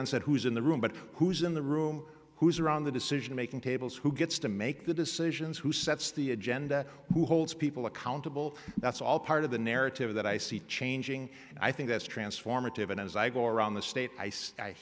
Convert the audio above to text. onset who is in the room but who's in the room who's around the decision making tables who gets to make the decisions who sets the agenda who holds people accountable that's all part of the narrative that i see changing and i think that's transformative and as i go around the state i